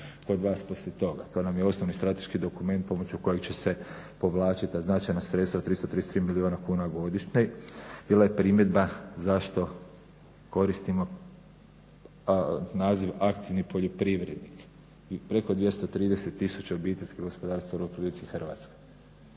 To nam je osnovni strateški dokument pomoću kojeg će se povlačiti ta značajna sredstva 333 milijuna kuna godišnje. Bila je primjedba zašto koristimo naziv aktivni poljoprivrednik i preko 230 tisuća obiteljskih gospodarstava u RH? S druge strane